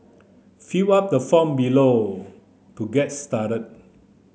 fill up the form below to get started